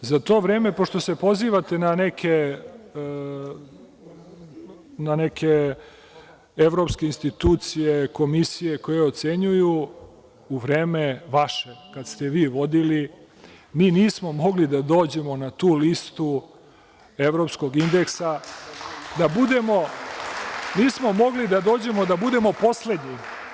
Za to vreme, pošto se pozivate na neke evropske institucije, komisije koje ocenjuju u vreme vaše, kada ste vi vodili, mi nismo mogli da dođemo na tu listu evropskog indeksa, da budemo poslednji.